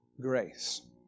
grace